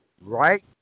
Right